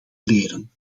leren